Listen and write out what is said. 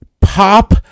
pop